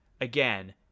again